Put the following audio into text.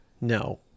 No